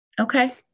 Okay